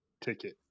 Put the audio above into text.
ticket